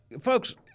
Folks